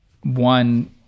one